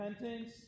repentance